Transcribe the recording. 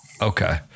Okay